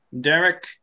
Derek